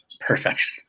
Perfection